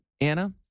Anna